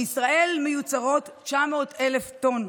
בישראל מיוצרות 900,000 טונות